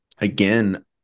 again